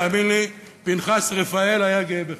תאמין לי, פנחס רפאל היה גאה בך.